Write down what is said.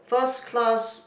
first class